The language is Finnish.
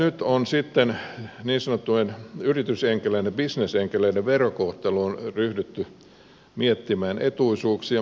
nyt on niin sanottujen yritysenkeleiden bisnesenkeleiden verokohteluun ryhdytty miettimään etuisuuksia